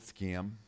scam